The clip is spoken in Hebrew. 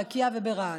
לקיה וברהט.